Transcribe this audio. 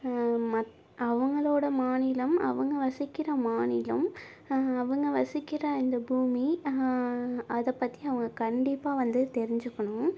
அவங்களோட மாநிலம் அவங்க வசிக்கிற மாநிலம் அவங்க வசிக்கிற இந்த பூமி அதைப் பற்றி அவங்க கண்டிப்பாக வந்து தெரிஞ்சுக்கணும்